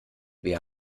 wir